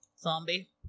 Zombie